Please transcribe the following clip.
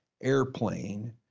airplane